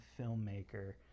filmmaker